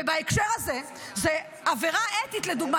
ובהקשר הזה זו עבירה אתית לדוגמה,